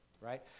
right